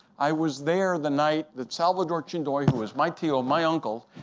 i was there the night that salvador chindoy, who was my teacher, my uncle,